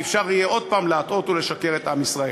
ואפשר יהיה עוד פעם להטעות ולשקר לעם ישראל.